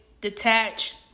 detach